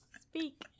speak